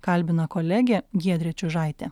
kalbina kolegė giedrė čiužaitė